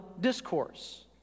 discourse